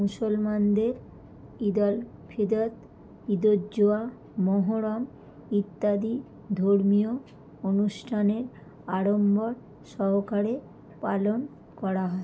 মুসলমানদের ঈদ উল ফিতর ঈদ উদ জুহা মহরম ইত্যাদি ধর্মীয় অনুষ্ঠানের আড়ম্বর সহকারে পালন করা হয়